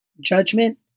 judgment